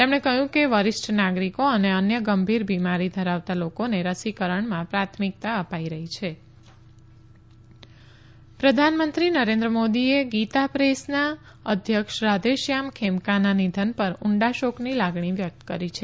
તેમણે કહ્યું કે વરિષ્ઠ નાગરીકો અને અન્ય ગંભીર બિમારી ધરાવતા લોકોને રસીકરણમાં પ્રાથમિકતા અપાઇ રહી હાં પ્રધાનમંત્રી ગીતા પ્રેસ પ્રધાનમંત્રી નરેન્દ્ર મોદીએ ગીતા પ્રેસના અધ્યક્ષ રાધેશ્યામ ખેમકાના નિધન પર ઉંડા શોકની લાગણી વ્યકત કરી છે